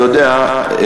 אתה יודע,